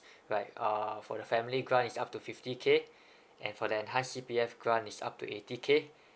right uh for the family grants is up to fifty K and for the enhance C_P_F grant is up to eighty K